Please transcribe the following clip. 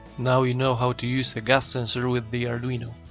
now you know how to use a gas sensor with the arduino.